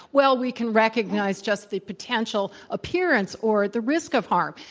well, we can recognize just the potential appearance or the risk of harm.